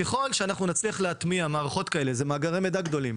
ככל שאנחנו נצליח להטמיע מערכות כאלה זה מאגרי מידע גדולים